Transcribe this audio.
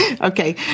Okay